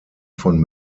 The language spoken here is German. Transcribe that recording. von